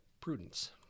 prudence